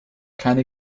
keine